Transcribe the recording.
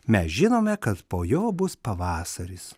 mes žinome kad po jo bus pavasaris